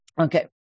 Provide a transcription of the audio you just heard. Okay